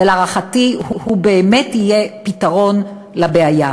ולהערכתי הוא באמת יהיה פתרון לבעיה.